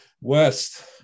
west